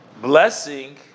blessing